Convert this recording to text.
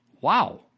Wow